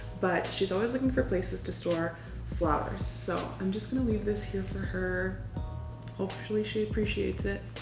but she's always looking for places to store flowers, so i'm just gonna leave this here for her hopefully she appreciates it.